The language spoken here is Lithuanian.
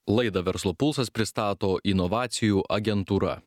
laidą verslo pulsas pristato inovacijų agentūra